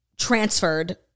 transferred